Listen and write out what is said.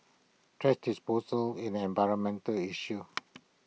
thrash disposal is an environmental issue